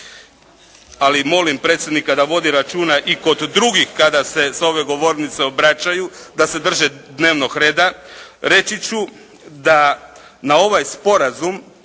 ali molim predsjednika da vodi računa i kod drugih kada se s ove govornice obraćaju da se drže dnevnog reda. Reći ću da na ovaj sporazum prethodno